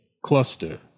cluster